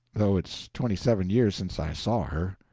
though it's twenty-seven years since i saw her.